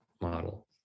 model